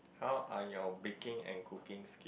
how are your baking and cooking skill